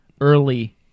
early